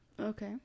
okay